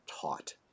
taught